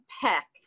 Peck